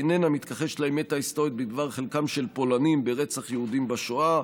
איננה מתכחשת לאמת ההיסטורית בדבר חלקם של פולנים ברצח יהודים בשואה,